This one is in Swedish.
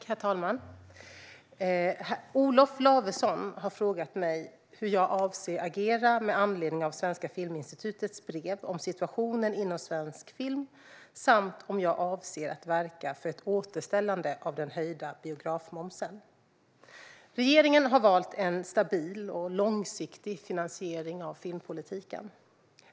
Herr talman! Olof Lavesson har frågat mig hur jag avser att agera med anledning av Svenska Filminstitutets brev om situationen inom svensk film samt om jag avser att verka för ett återställande av den höjda biografmomsen. Regeringen har valt en stabil och långsiktig finansiering av filmpolitiken.